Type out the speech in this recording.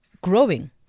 growing